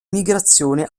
migrazione